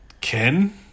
Ken